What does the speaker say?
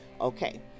okay